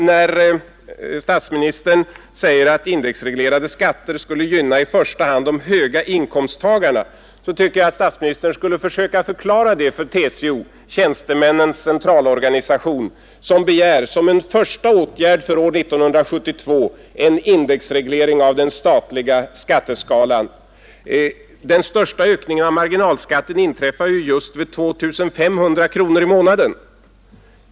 När statsministern säger att indexreglerade skatter skulle gynna i första hand de höga inkomsttagarna tycker jag att statsministern skulle försöka förklara det för TCO, Tjänstemännens centralorganisation, som begär som en första åtgärd för år 1972 en indexreglering av den statliga skatteskalan. Den största ökningen av marginalskatten inträffar ju just för människor som har 2500 kronor i månaden.